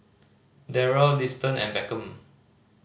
Darrel Liston and Beckham